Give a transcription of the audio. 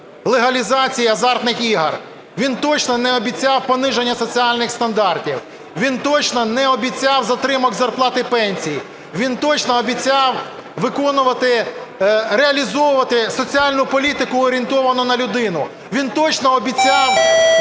легалізації азартних ігор. Він точно не обіцяв пониження соціальних стандартів, він точно не обіцяв затримок зарплат і пенсій. Він точно обіцяв виконувати, реалізовувати соціальну політику, орієнтовану на людину. Він точно обіцяв